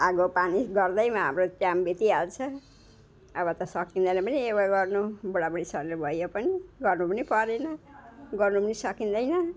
आगोपानी गर्दैमा हाम्रो टाइम बितिहाल्छ अब त सकिँदैन पनि योगा गर्नु बुढाबुढी शरीर भयो पनि गर्नु पनि परेन गर्नु पनि सकिँदैन